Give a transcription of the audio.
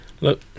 Look